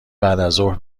بعدازظهر